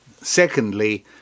secondly